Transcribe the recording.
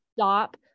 Stop